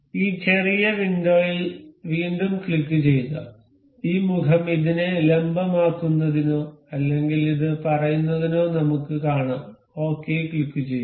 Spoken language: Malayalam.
ഈ ചെറിയ വിൻഡോയിൽ വീണ്ടും ക്ലിക്കുചെയ്യുക ഈ മുഖം ഇതിനെ ലംബമാക്കുന്നതിനോ അല്ലെങ്കിൽ ഇത് പറയുന്നതിനോ നമുക്ക് കാണാം ശരി ക്ലിക്കുചെയ്യുക